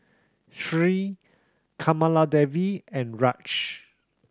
Sri Kamaladevi and Raj